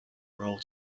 role